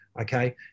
Okay